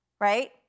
right